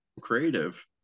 creative